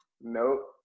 Nope